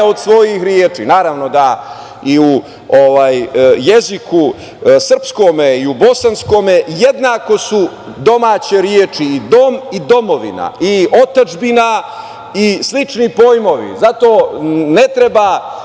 od svojih reči. Naravno, da i u jeziku srpskome i u bosanskome jednako su domaće reči i dom i domovina i otadžbina i slični pojmovi, zato ne treba